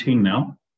now